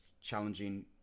challenging